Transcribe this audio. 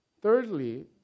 Thirdly